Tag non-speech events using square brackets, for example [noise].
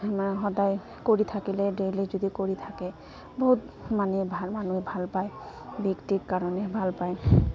সদায় কৰি থাকিলে ডেইলী যদি কৰি থাকে বহুত মানে ভাল মানুহে ভাল পায় [unintelligible] কাৰণে ভাল পায়